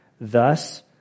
Thus